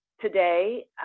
Today